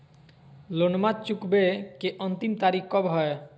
लोनमा चुकबे के अंतिम तारीख कब हय?